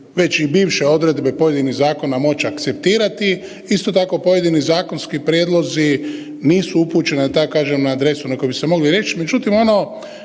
već i bivše odredbe pojedinih zakona moći akceptirati. Isto tako pojedini zakonski prijedlozi nisu upućeni da tako kažem na adresu na koju bi se mogli reći, međutim ono